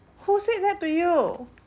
who said that to you